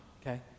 okay